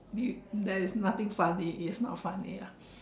the there is nothing funny it is not funny lah